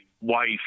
wife